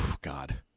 God